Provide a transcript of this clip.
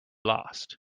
lost